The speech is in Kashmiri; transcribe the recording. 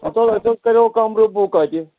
ہَتہٕ حظ اَسہِ حظ کَریو کَمرٕ بُک اَتہِ